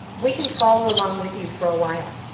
we can follow along with you for a while.